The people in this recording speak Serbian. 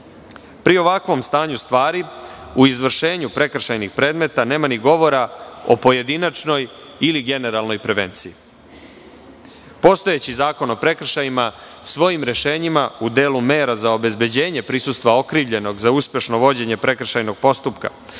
ovakvom stanju stvari, u izvršenju prekršajnih predmeta nema ni govora o pojedinačnoj ili generalnoj prevenciji. Postojeći Zakon o prekršajima svojim rešenjima u delu mera za obezbeđenje prisustva okrivljenog za uspešno vođenje prekršajnog postupka,